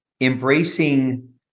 embracing